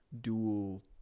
dual